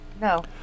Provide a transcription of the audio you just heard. No